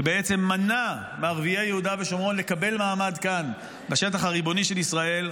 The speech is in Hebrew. שמנע מערביי יהודה ושומרון לקבל כאן מעמד בשטח הריבוני של ישראל,